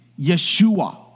Yeshua